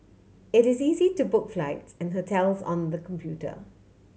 it is easy to book flights and hotels on the computer